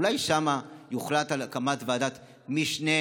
ואולי שם יוחלט על הקמת ועדת משנה